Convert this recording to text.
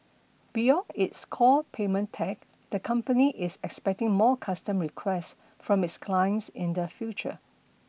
beyond its core payment tech the company is expecting more custom request from its clients in the future